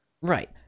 right